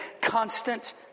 constant